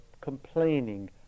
complaining